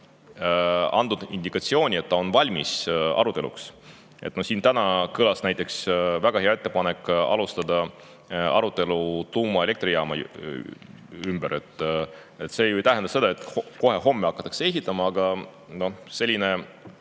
andnud indikatsiooni, et ta on valmis aruteluks. Täna kõlas siin näiteks väga hea ettepanek alustada arutelu tuumaelektrijaama üle. See ju ei tähenda seda, et kohe homme hakatakse ehitama, aga arutelu